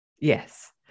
Yes